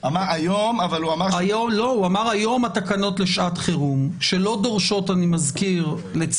כרגע תקנות לשעת חירום על פי